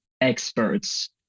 experts